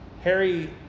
Harry